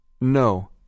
No